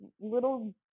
little